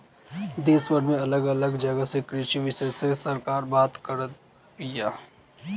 देशभर में अलग अलग जगह के कृषि विशेषग्य से सरकार बात करत बिया